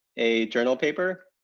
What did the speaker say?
a journal paper,